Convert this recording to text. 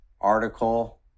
article